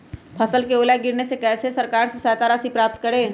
फसल का ओला गिरने से कैसे सरकार से सहायता राशि प्राप्त करें?